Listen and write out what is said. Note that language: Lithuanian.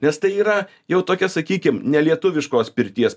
nes tai yra jau tokia sakykim nelietuviškos pirties